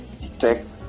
detect